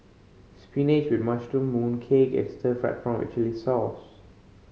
spinach with mushroom mooncake and stir fried prawn with chili sauce